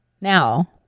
Now